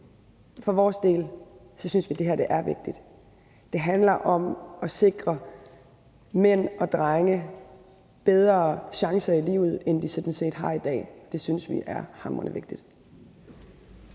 For vores del synes vi, det her er vigtigt. Det handler om at sikre mænd og drenge bedre chancer i livet, end de sådan set har i dag. Det synes vi er hamrende vigtigt.